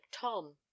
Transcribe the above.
tom